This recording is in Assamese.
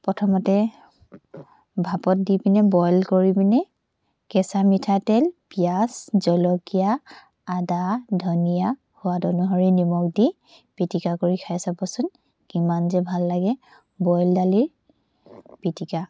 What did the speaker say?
প্ৰথমতে ভাপত দি পিনে বইল কৰি পিনে কেঁচা মিঠাতেল পিঁয়াজ জলকীয়া আদা ধনিয়া সোৱাদ অনুসৰে নিমখ দি পিটিকা কৰি খাই চাবচোন কিমান যে ভাল লাগে বইল দালিৰ পিটিকা